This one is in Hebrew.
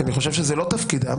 כי אני חושב שזה לא תפקידם.